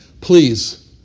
please